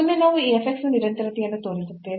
ಮುಂದೆ ನಾವು ಈ f x ನ ನಿರಂತರತೆಯನ್ನು ತೋರಿಸುತ್ತೇವೆ